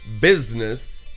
business